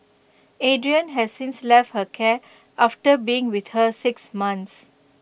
Adrian has since left her care after being with her six months